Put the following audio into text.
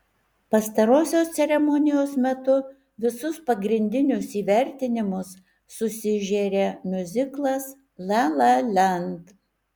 pastarosios ceremonijos metu visus pagrindinius įvertinimus susižėrė miuziklas la la land